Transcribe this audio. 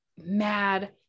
mad